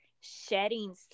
Shedding